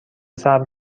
صبر